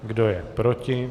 Kdo je proti?